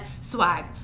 Swag